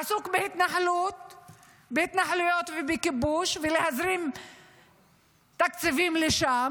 עסוק בהתנחלויות ובכיבוש, ולהזרים תקציבים לשם.